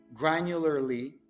granularly